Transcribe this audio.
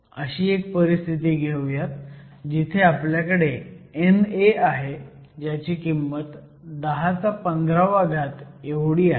अशी एक परिस्थिती घेऊयात जिथे आपल्याकडे NA आहे ज्याची किंमत 1015 आहे